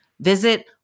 Visit